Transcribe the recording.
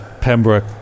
Pembroke